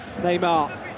Neymar